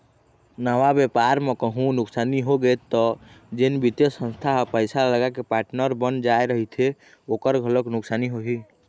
नवा बेपार म कहूँ नुकसानी होगे त जेन बित्तीय संस्था ह पइसा लगाके पार्टनर बन जाय रहिथे ओखर घलोक नुकसानी होही